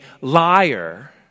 liar